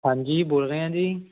ਹਾਂਜੀ ਬੋਲ ਰਹੇ ਹਾਂ ਜੀ